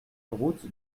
route